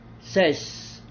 says